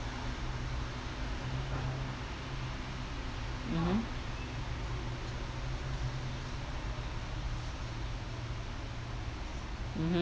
mmhmm mmhmm